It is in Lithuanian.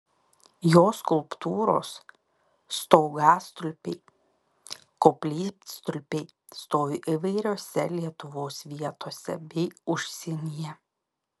jo skulptūros stogastulpiai koplytstulpiai stovi įvairiose lietuvos vietose bei užsienyje